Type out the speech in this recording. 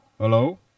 Hello